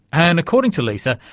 and according to lisa,